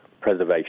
preservation